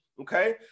okay